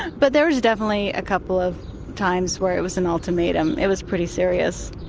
but there was definitely a couple of times where it was an ultimatum. it was pretty serious.